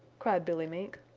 cried billy mink.